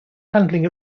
handling